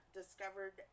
discovered